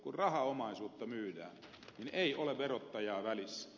kun rahaomaisuutta myydään niin ei ole verottajaa välissä